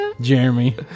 Jeremy